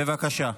בושה וחרפה.